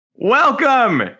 Welcome